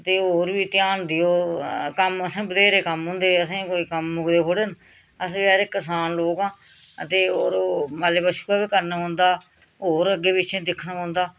ते होर बी ध्यान देओ कम्म असें बत्थेरे कम्म हुंदे असें कोई कम्म मुकदे थोह्ड़े न असें बेचारे करसान लोक आं ते होर ओह् मालै बच्छें दा बी करना पौंदा होर अग्गें पिच्छें दिक्खना पौंदा